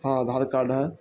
ہاں آدھار کارڈ ہے